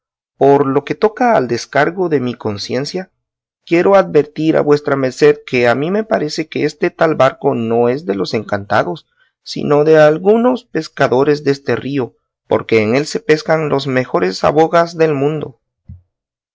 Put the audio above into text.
por lo que toca al descargo de mi conciencia quiero advertir a vuestra merced que a mí me parece que este tal barco no es de los encantados sino de algunos pescadores deste río porque en él se pescan las mejores sabogas del mundo